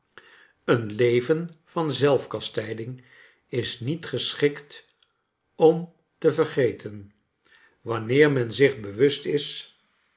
een leven van zelfkastijding is niet geschikt om te vergeten wanneer men zich bewust is